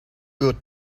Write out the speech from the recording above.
good